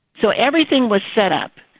so everything was set up.